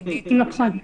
עידית, בבקשה.